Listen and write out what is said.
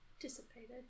dissipated